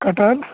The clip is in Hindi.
कटहल